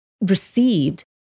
received